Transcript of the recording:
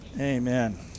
amen